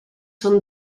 són